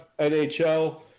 NHL